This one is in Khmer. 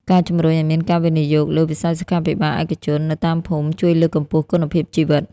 ការជម្រុញឱ្យមានការវិនិយោគលើ "វិស័យសុខាភិបាលឯកជន" នៅតាមភូមិ ជួយលើកកម្ពស់គុណភាពជីវិត។